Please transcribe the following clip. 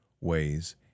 ways